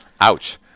Ouch